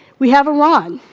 we have iran.